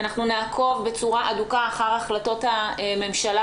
אנחנו נעקוב בצורה הדוקה אחר החלטות הממשלה